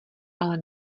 ale